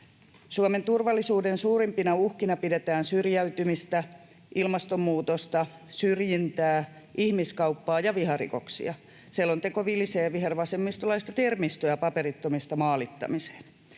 Suomen turvallisuuden suurimpina uhkina pidetään syrjäytymistä, ilmastonmuutosta, syrjintää, ihmiskauppaa ja viharikoksia. Selonteko vilisee vihervasemmistolaista termistöä ”paperittomista” ”maalittamiseen”.